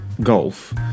golf